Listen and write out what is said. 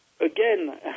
again